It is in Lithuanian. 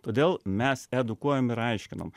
todėl mes edukuojam ir aiškinam